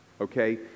okay